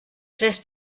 tres